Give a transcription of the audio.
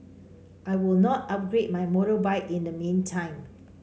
I will not upgrade my motorbike in the meantime